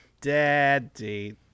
daddy